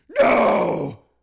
no